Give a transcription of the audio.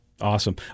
Awesome